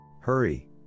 Hurry